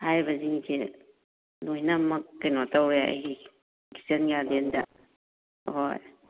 ꯍꯥꯏꯔꯤꯕꯁꯤꯡꯁꯦ ꯂꯣꯏꯅꯃꯛ ꯀꯩꯅꯣ ꯇꯧꯋꯦ ꯑꯩꯒꯤ ꯀꯤꯠꯆꯟ ꯒꯥꯔꯗꯦꯟꯗ ꯍꯣꯏ